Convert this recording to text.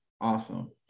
Awesome